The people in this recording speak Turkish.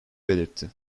belirtti